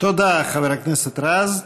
תודה, חבר הכנסת רז.